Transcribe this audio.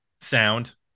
sound